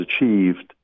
achieved